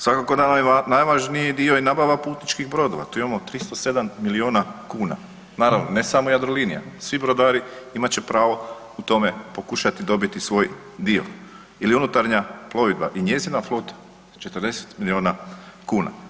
Svakako da najvažniji dio je nabava putničkih brodova, tu imamo 307 miliona kuna, naravno ne samo Jadrolinija svi brodari imat će pravo u tome pokušati dobiti svoj dio ili unutarnja plovidba i njezina flota, 40 miliona kuna.